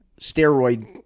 steroid